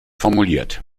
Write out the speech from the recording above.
formuliert